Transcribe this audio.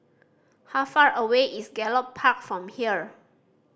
how far away is Gallop Park from here